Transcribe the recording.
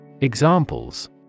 Examples